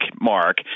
Mark